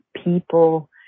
People